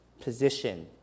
position